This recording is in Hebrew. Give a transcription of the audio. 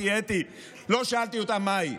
לא שאלתי אותה מהי.